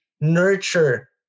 nurture